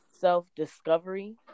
self-discovery